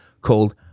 called